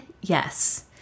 Yes